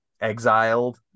exiled